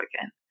again